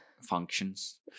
functions